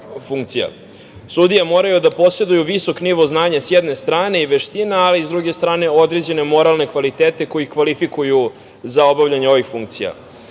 funkcija. Sudije moraju da poseduju visok nivo znanja, s jedne strane, i veština, ali, s druge strane, određene moralne kvalitete koji ih kvalifikuju za obavljanje ovih funkcija.O